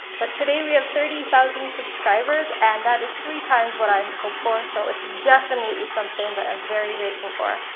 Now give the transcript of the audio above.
but today we have thirty thousand subscribers and that is three times what i hoped for, so it's definitely something that i'm very grateful for,